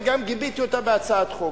וגם גיביתי אותו בהצעת חוק.